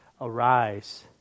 arise